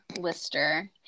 Lister